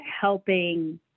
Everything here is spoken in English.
helping